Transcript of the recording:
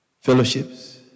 fellowships